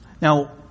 Now